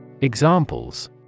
Examples